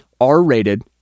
R-rated